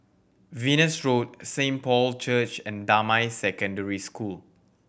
Venus Road Saint Paul Church and Damai Secondary School